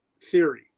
theory